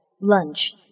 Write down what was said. Lunch